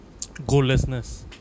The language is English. Goallessness